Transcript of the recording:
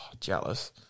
Jealous